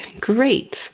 Great